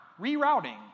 Rerouting